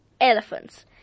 Elephants